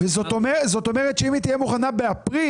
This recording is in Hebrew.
זאת אומרת שאם היא תהיה מוכנה באפריל,